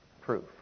proof